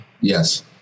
Yes